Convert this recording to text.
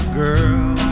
girl